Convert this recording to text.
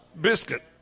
biscuit